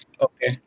Okay